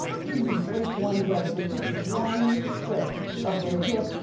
you can be great one day but just one trip of the hip,